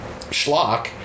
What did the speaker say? schlock